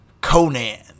Conan